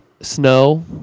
snow